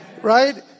Right